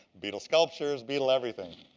beetle sculptures, beetle everything.